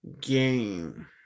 game